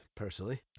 personally